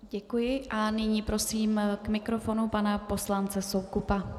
Děkuji a nyní prosím k mikrofonu pana poslance Soukupa.